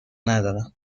ندارم